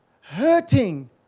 hurting